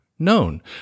known